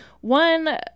one